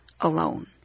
alone